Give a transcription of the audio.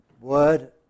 word